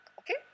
okay